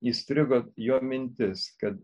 įstrigo jo mintis kad